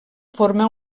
forma